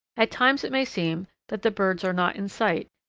at times it may seem that the birds are not in sight,